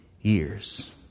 years